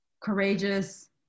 courageous